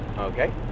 Okay